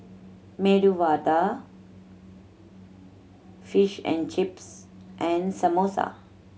Medu Vada Fish and Chips and Samosa